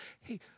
hey